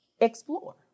explore